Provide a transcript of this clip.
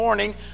Morning